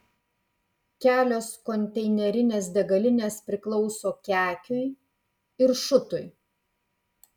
kelios konteinerinės degalinės priklauso kekiui ir šutui